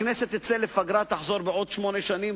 שהכנסת תצא לפגרה ותחזור בעוד שמונה שנים,